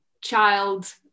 child